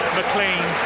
McLean